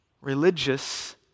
religious